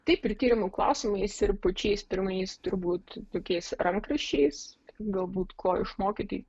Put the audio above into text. taip ir tyrimų klausimais ir pačiais pirmais turbūt tokiais rankraščiais galbūt ko išmokyti